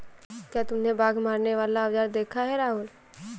क्या तुमने बाघ मारने वाला औजार देखा है राहुल?